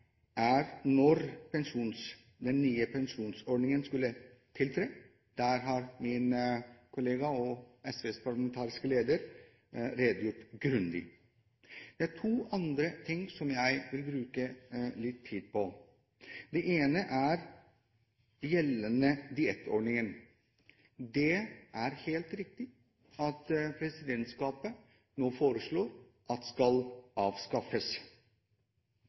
er når den nye pensjonsordningen skal tre i kraft. Der har min kollega og SVs parlamentariske leder redegjort grundig. Det er to andre ting som jeg vil bruke litt tid på. Det ene er den gjeldende diettordningen. Det er helt riktig at presidentskapet nå foreslår at den skal avskaffes.